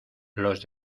los